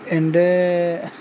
എൻ്റെ